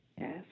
Yes